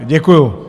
Děkuju.